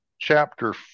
Chapter